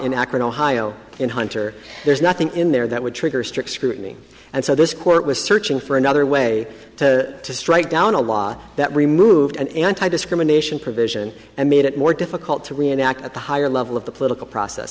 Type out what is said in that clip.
in akron ohio in hunter there's nothing in there that would trigger strict scrutiny and so this court was searching for another way to strike down a law that removed an anti discrimination provision and made it more difficult to reenact at the higher level of the political process